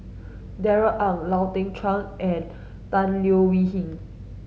Darrell Ang Lau Teng Chuan and Tan Leo Wee Hin